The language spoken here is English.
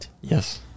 Yes